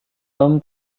tom